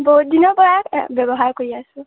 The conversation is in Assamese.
বহুত দিনৰ পৰাই ব্যৱহাৰ কৰি আছোঁ